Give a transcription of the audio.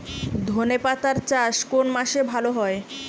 ধনেপাতার চাষ কোন মাসে ভালো হয়?